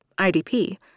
IDP